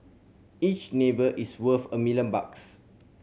each neighbour is worth a million bucks